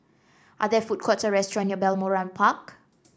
are there food courts or restaurant near Balmoral Park